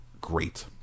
great